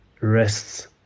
rests